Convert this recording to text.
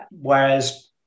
Whereas